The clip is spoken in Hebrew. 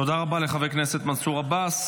תודה רבה לחבר הכנסת מנסור עבאס.